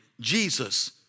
Jesus